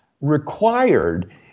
required